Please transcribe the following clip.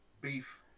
beef